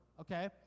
Okay